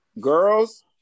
girls